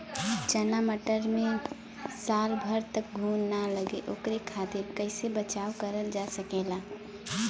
चना मटर मे साल भर तक घून ना लगे ओकरे खातीर कइसे बचाव करल जा सकेला?